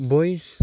बैस